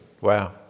wow